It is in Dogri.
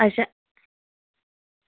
अच्छा